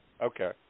Okay